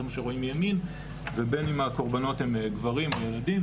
זה מה שרואים מימין ובין אם הקורבנות הם גברים או ילדים,